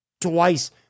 twice